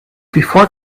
before